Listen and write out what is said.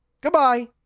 goodbye